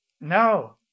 No